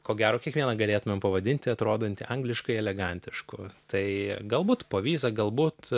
ko gero kiekvieną galėtumėm pavadinti atrodanti angliškai elegantišku tai galbūt povyza galbūt